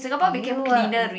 you are a